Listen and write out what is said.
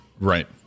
Right